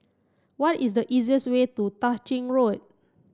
what is the easiest way to Tah Ching Road